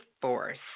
force